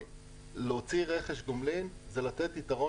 להוציא רכש גומלין זה לתת יתרון